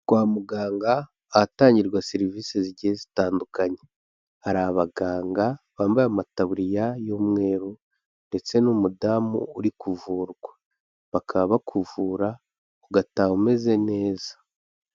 Kwa muganga ahatangirwa serivisi zigiye zitandukanye, hari abaganga bambaye amataburiya y'umweru ndetse n'umudamu uri kuvurwa, bakaba bakuvura ugataha umeze neza.